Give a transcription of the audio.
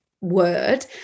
word